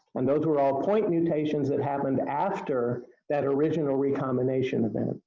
when those were all point mutations that happened after that original recombination event.